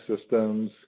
systems